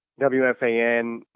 WFAN